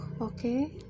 okay